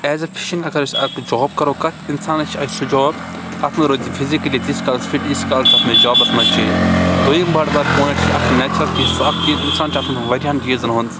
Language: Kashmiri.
ایز اےٚ فِشنٛگ اَگر یُس اَکھ جاب کَرو کَتھ اِنسان چھِ اَتھ سٟتۍ جاب اَتھ منٛز روزِ فِزِکَلی تیٖتِس کالَس فِٹ ییٖتِس کالَس جابَس منٛز چھِ یہِ دۄیِم